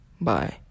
Bye